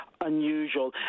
unusual